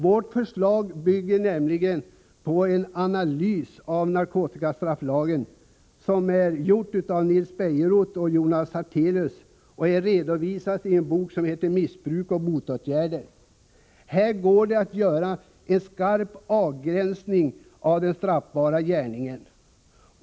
Vårt förslag bygger nämligen på en analys av narkotikastrafflagen som gjorts av Nils Bejerot och Jonas Hartelius i deras bok ”Missbruk och motåtgärder”. Här går det att göra en skarp avgränsning av den straffbara gärningen.